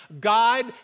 God